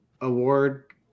award